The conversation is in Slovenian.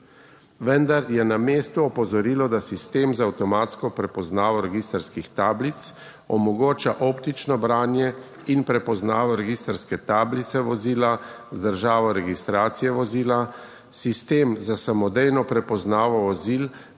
Vendar je na mestu opozorilo, da sistem za avtomatsko prepoznavo registrskih tablic omogoča optično branje in prepoznavo registrske tablice vozila z državo registracije vozila. Sistem za samodejno prepoznavo vozil